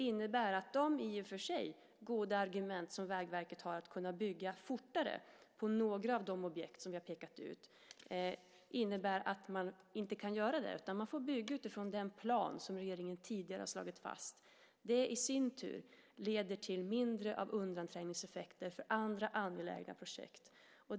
Vägverket har i och för sig goda argument för att man ska kunna bygga fortare på några av de objekt som vi har pekat ut. Men det här innebär att man inte kan göra det, utan man får bygga utifrån den plan som regeringen tidigare har slagit fast. Det i sin tur leder till mindre av undanträngningseffekter för andra angelägna projekt.